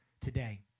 today